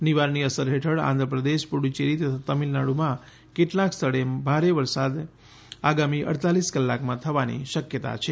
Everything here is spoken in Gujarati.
નીવારની અસર હેઠળ આંધ્રપ્રદેશ પુડુચેરી તથા તમિલનાડુમાં કેટલાંક સ્થળે મધ્યમથી ભારે વરસાદ આગામી અડતાલીસ કલાકમાં થવાની શક્યતા છે